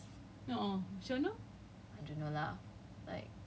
but ya oh did you hear about the the sexual harassment case